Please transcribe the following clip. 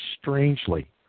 strangely